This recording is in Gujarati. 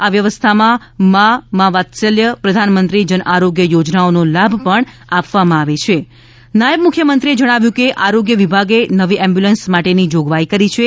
આ વ્યવસ્થામાં મા મા વાત્સલ્ય પ્રધાનમંત્રી જન આરોગ્ય યોજનાઓનો લાભ પણ આપવામાં આવે છે નાયબ મુખ્યમંત્રીશ્રીએ જણાવ્યું કે આરોગ્ય વિભાગે નવી એમ્બ્યુલન્સ માટેની જોગવાઇ કરી છે